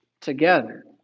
together